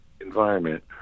environment